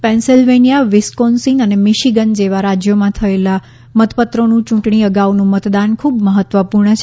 Pennsylvania Wisconsin અને Michigan જેવા રાજ્યોમાં થયેલું મતપત્રોનું યૂંટણી અગાઉનું મતદાન ખૂબ મહત્વપૂર્ણ છે